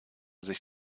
sich